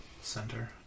center